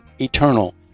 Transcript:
eternal